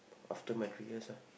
after my three years lah